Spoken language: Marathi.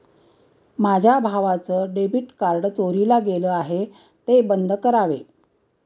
माझ्या भावाचं डेबिट कार्ड चोरीला गेलं आहे, ते बंद करावे